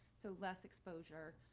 so less xposure,